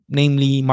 namely